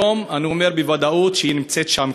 היום אני אומר בוודאות שהיא כבר נמצאת שם,